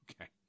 Okay